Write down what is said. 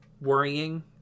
worrying